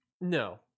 No